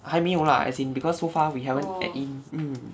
还没有 lah as in because so far we haven't at in mm